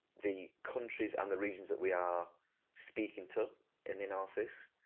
the countries and the regions that we are speaking to in the analysis,